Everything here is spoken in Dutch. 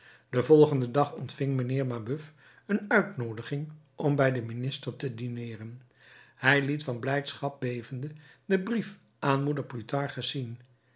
den volgenden dag ontving mijnheer mabeuf een uitnoodiging om bij den minister te dineeren hij liet van blijdschap bevende den brief aan moeder plutarchus zien